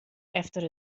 efter